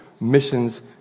missions